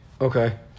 Okay